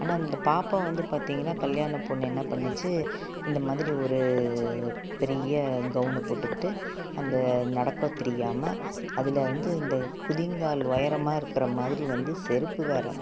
ஆனால் இந்த பாப்பா வந்து பார்த்தீங்கனா கல்யாண பொண்ணு என்ன பண்ணுச்சு இந்த மாதிரி ஒரு பெரிய கவுன்னு போட்டுக்கிட்டு அந்த நடக்க தெரியாமல் அதில் வந்து இந்த குதிங்கால் உயரமா இருக்கிற மாதிரி வந்து செருப்பு வேற